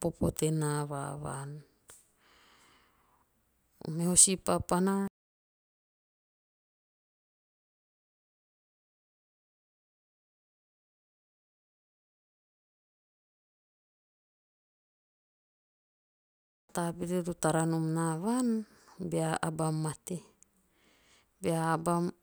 popo tenaa va vaan". Meho si papana taba pete to tara nom na vaan. bea ana mate. Bea aba